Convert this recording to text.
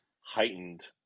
heightened